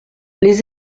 les